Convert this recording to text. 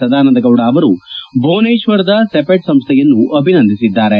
ಸದಾನಂದ ಗೌಡ ಅವರು ಭುವನೇಶ್ವರದ ಸಿಪೆಟ್ ಸಂಸ್ಥೆಯನ್ನು ಅಭಿನಂದಿಸಿದ್ದಾರೆ